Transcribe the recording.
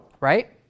Right